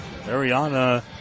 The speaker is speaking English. Ariana